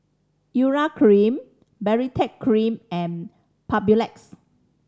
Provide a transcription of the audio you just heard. Urea Cream Baritex Cream and Papulex